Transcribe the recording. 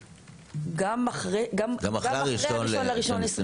גם אחרי ה-1 בינואר 2024. גם אחרי ה-1 בינואר 2024,